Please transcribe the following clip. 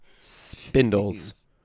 spindles